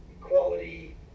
equality